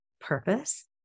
purpose